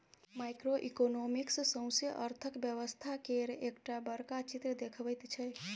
micro economics सौसें अर्थक व्यवस्था केर एकटा बड़का चित्र देखबैत छै